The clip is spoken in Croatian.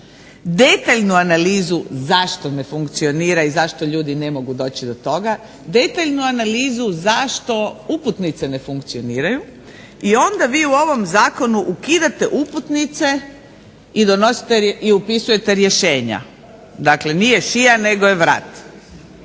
detaljnu analizu zašto ovo ne funkcionira i zašto ljudi ne mogu doći do toga, detaljnu analizu zašto uputnice ne funkcioniraju i onda vi u ovom zakonu ukidate uputnice i upisujete rješenja. Dakle, nije šija nego je vrat.